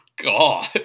God